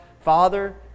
Father